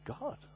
God